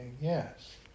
Yes